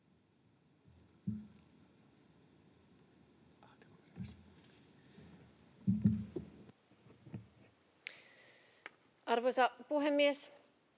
Arvoisa puhemies!